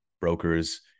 brokers